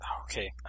Okay